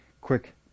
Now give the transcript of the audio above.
quick